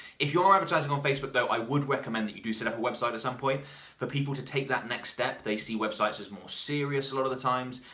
if you are advertising on facebook though, i would recommend that you do set up a website at some point for people to take that next step. they see websites is more serious a lot of the times,